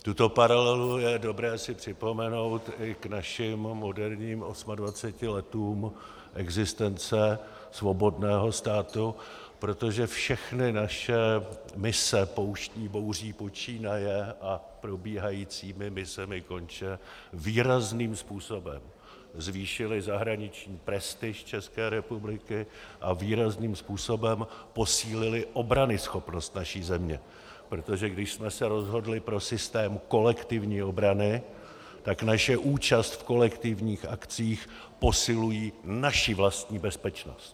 Tuto paralelu je dobré si připomenout i k našim moderním 28 letům existence svobodného státu, protože všechny naše mise, Pouštní bouří počínaje a probíhajícími misemi konče, výrazným způsobem zvýšily zahraniční prestiž České republiky a výrazným způsobem posílily obranyschopnost naší země, protože když jsme se rozhodli pro systém kolektivní obrany, tak naše účast v kolektivních akcích posiluje naši vlastní bezpečnost.